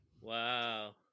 Wow